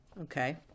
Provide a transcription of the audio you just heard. Okay